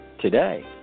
today